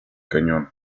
cañón